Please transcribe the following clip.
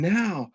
now